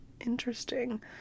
Interesting